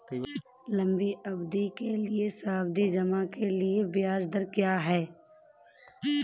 लंबी अवधि के सावधि जमा के लिए ब्याज दर क्या है?